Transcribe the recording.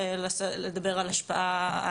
למשל תיקחי,